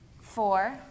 four